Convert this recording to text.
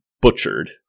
butchered